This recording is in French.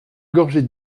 gorgées